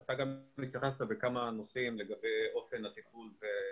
טכנולוגיה, תחנות, כוח אדם וכו' וכו' וכו',